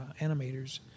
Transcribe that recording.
animators